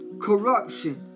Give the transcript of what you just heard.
corruption